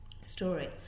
story